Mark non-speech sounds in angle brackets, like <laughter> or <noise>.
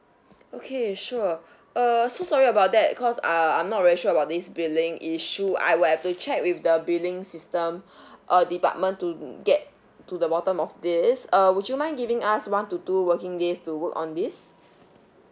okay sure err so sorry about that cause err I'm not very sure about this billing issue I will have to check with the billing system <breath> uh department to get to the bottom of this err would you mind giving us one to two working days to work on this